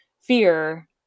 fear